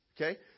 okay